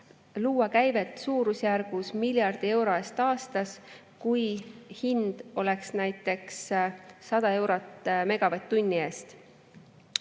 luua käivet suurusjärgus miljard eurot aastas, kui hind oleks näiteks 100 eurot megavatt-tunni eest.